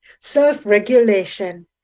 self-regulation